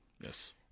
Yes